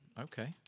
Okay